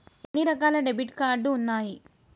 ఎన్ని రకాల debit card ఉన్నాయి?